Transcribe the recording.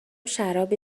شراب